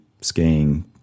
skiing